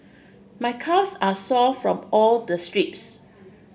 my calves are sore from all the sprints